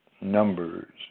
numbers